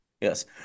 Yes